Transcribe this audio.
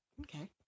okay